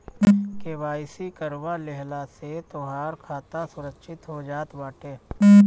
KYC करवा लेहला से तोहार खाता सुरक्षित हो जात बाटे